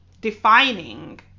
defining